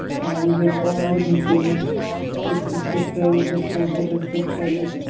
and with all the details this is different, this motif is different,